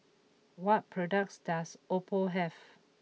what products does Oppo have